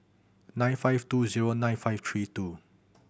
nine five two zero nine five three two